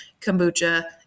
kombucha